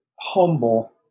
humble